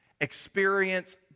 Experience